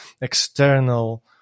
external